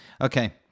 Okay